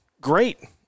great